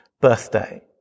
birthday